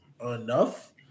enough